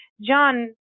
John